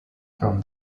from